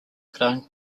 gran